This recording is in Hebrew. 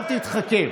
רק שאלתי.